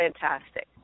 fantastic